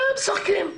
והם משחקים.